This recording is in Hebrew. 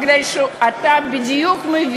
מפני שאתה מבין בדיוק.